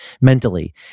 mentally